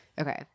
Okay